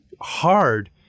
hard